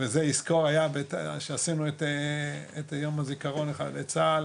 זה שעשינו את יום הזיכרון לחללי צה"ל.